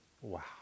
wow